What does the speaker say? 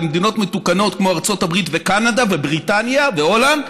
במדינות מתוקנות כמו ארצות הברית וקנדה ובריטניה והולנד,